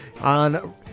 on